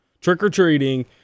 trick-or-treating –